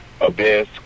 Abyss